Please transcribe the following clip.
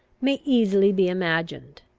may easily be imagined.